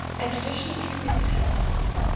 and tradition attributes to him a song,